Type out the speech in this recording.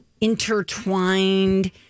intertwined